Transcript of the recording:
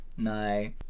No